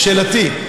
שאלתי: